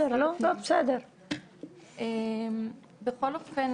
בכל אופן,